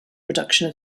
production